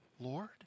Lord